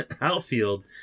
outfield